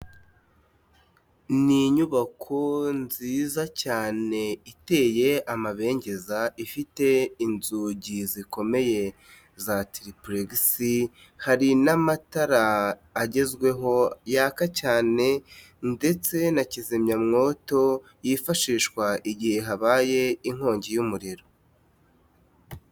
Ni inyubako nziza cyane iteye amabengeza ifite inzugi zikomeye za tilipulegisi, hari n'amatara agezweho yaka cyane ndetse na kizimyamwoto yifashishwa igihe habaye inkongi y'umuriro.